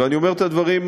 ואני אומר את הדברים,